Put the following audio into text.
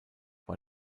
war